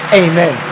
amen